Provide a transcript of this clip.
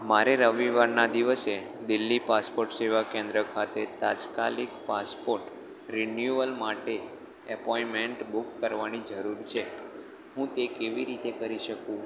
મારે રવિવારના દિવસે દિલ્હી પાસપોર્ટ સેવા કેન્દ્ર ખાતે તાત્કાલિક પાસપોર્ટ રીન્યુઅલ માટે એપોઈન્ટમેન્ટ બુક કરવાની જરૂર છે હું તે કેવી રીતે કરી શકું